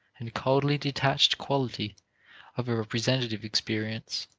and coldly detached quality of a representative experience.